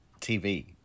TV